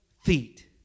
feet